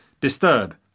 disturb